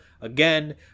again